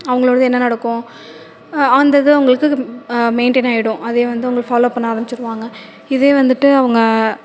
அவங்களோடது என்ன நடக்கும் அந்த இது அவங்களுக்கு மெயின்டெய்ன் ஆகிடும் அதே வந்து அவங்க ஃபாலோ பண்ண ஆரமிச்சிடுவாங்க இதே வந்துட்டு அவங்க